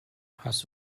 hast